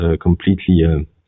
completely